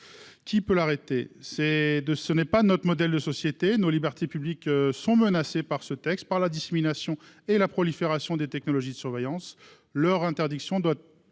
qui pourrait l'arrêter. Ce n'est pas notre modèle de société. Nos libertés publiques sont menacées par la dissémination et la prolifération de technologies de surveillance. Leur interdiction doit